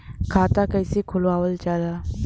खाता कइसे खुलावल जाला?